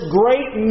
great